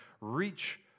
reach